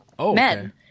men